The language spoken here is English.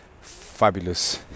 fabulous